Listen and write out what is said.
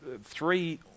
three